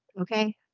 okay